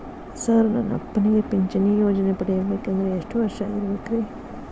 Sir ನನ್ನ ಅಪ್ಪನಿಗೆ ಪಿಂಚಿಣಿ ಯೋಜನೆ ಪಡೆಯಬೇಕಂದ್ರೆ ಎಷ್ಟು ವರ್ಷಾಗಿರಬೇಕ್ರಿ?